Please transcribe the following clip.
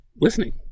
listening